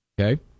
Okay